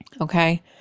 Okay